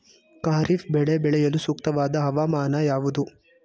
ಖಾರಿಫ್ ಬೆಳೆ ಬೆಳೆಯಲು ಸೂಕ್ತವಾದ ಹವಾಮಾನ ಯಾವುದು?